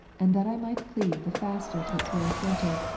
and that i might cleave the faster to its very centre,